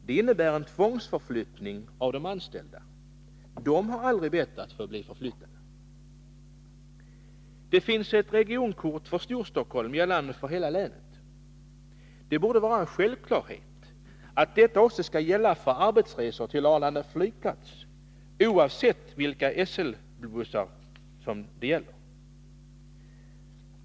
Det innebär en tvångsförflyttning av de anställda. De har aldrig bett att få bli förflyttade. För det andra finns det ett regionkort för Storstockholm som är giltigt inom hela länet. Det borde vara en självklarhet att detta kort också var giltigt för arbetsresor till Arlanda flygplats, oavsett vilka SL-bussar det gäller.